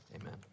Amen